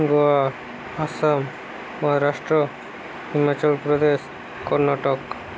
Goa Assam Maharashtra Himachal Pradesh Karnataka